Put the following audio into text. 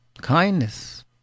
Kindness